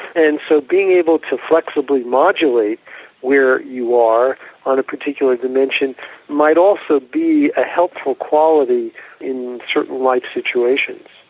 and so being able to flexibly modulate where you are on a particular dimension might also be a helpful quality in certain life situations.